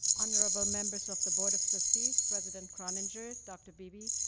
honorable members of the board of trustees, president croninger, dr. beebe,